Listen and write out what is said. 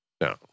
No